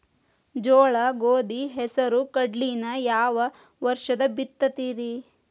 ಜೋಳ, ಗೋಧಿ, ಹೆಸರು, ಕಡ್ಲಿನ ಯಾವ ವರ್ಷ ಬಿತ್ತತಿರಿ?